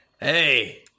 hey